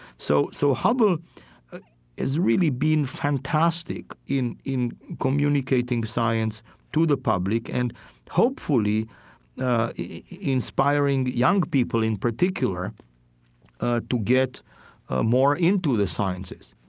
so so hubble has really been fantastic in in communicating science to the public and hopefully inspiring young people in particular ah to get more into the sciences